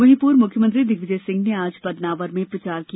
वहीं पूर्व मुख्यमंत्री दिग्विजय सिंह ने आज बदनावर में प्रचार किया